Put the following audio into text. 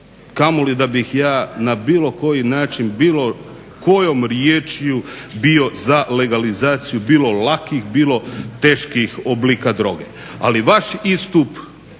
kamoli da bih ja na bilo koji način, bilo kojom riječju bio za legalizaciju bilo lakih bilo teških oblika droge. Ali vaš istup